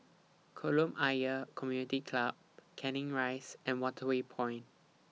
Kolam Ayer Community Club Canning Rise and Waterway Point